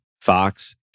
Fox